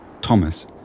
Thomas